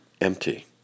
empty